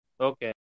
Okay